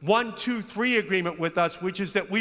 one two three agreement with us which is that we